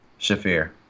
Shafir